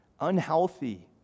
unhealthy